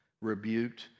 rebuked